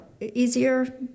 Easier